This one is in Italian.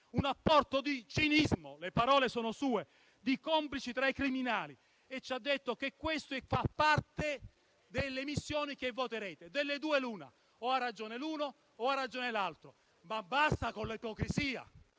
un accordo di cinismo (le parole sono sue) e di complicità con i criminali. E ci ha detto che questo fa parte delle missioni che voteremo. Delle due l'una: o ha ragione l'uno o ha ragione l'altra. Ma basta con l'ipocrisia.